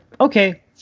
Okay